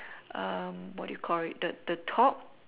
um what do you call it the the top